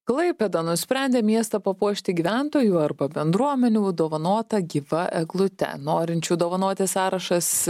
klaipėda nusprendė miestą papuošti gyventojų arba bendruomenių dovanota gyva eglute norinčių dovanoti sąrašas